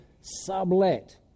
sublet